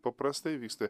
paprastai vyksta